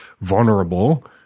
vulnerable